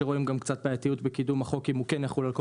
שרואים גם קצת בעייתיות בקידום החוק אם הוא כן יחול על כל